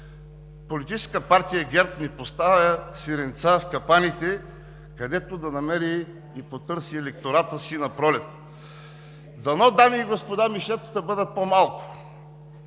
Политическа партия ГЕРБ не поставя сиренца в капаните, където да намери и потърси електората си напролет? Дано, дами и господа, мишлетата бъдат по-малко!